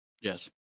Yes